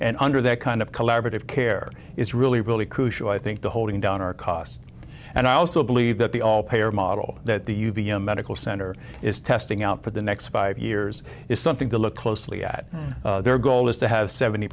and under that kind of collaborative care is really really crucial i think to holding down our cost and i also believe that the all payer model that the u v a medical center is testing out for the next five years is something to look closely at their goal is to have seventy